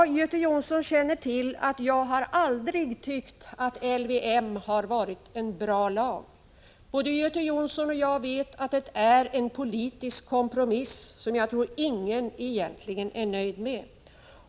Göte Jonsson känner till att jag aldrig har tyckt att LVM varit någon bra lag. Både Göte Jonsson och jag vet att det är en politisk kompromiss som jag tror att ingen egentligen är nöjd med.